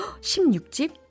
16집